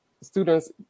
students